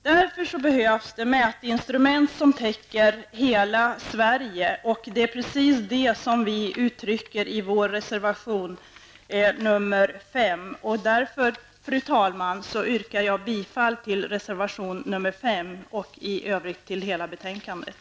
Av den anledningen behövs det mätinstrument som täcker hela Sverige, och det är precis det som vi framhåller i vår reservation 5. Jag yrkar därför, fru talman, bifall till reservation 5 och i övrigt till utskottets förslag.